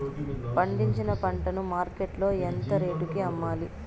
పండించిన పంట ను మార్కెట్ లో ఎంత రేటుకి అమ్మాలి?